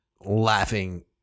laughing